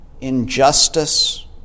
injustice